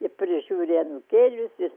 ir prižiūri anūkėlius ir